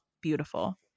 beautiful